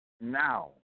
now